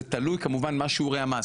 זה תלוי מה שיעורי המס,